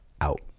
out